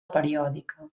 periòdica